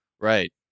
Right